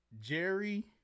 Jerry